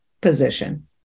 position